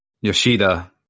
Yoshida